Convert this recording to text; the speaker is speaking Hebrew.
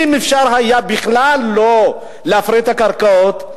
אם אפשר היה בכלל שלא להפריט את הקרקעות,